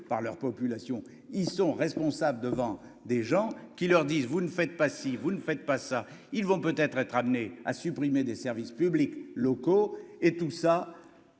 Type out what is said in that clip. par leurs populations, ils sont responsables devant des gens qui leur disent : vous ne faites pas si vous ne faites pas ça, ils vont peut-être être amenées à supprimer des services publics locaux et tout ça